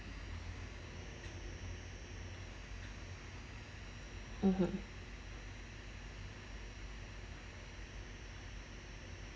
(uh huh)